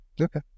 Okay